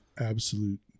absolute